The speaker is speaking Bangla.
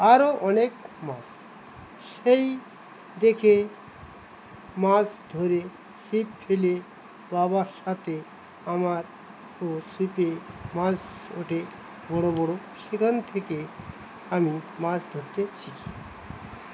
আরও অনেক মাছ সেই দেখে মাছ ধরে ছিপ ফেলে বাবার সাথে আমারও ছিপে মাছ ওঠে বড়ো বড়ো সেখান থেকে আমি মাছ ধরতে শিখি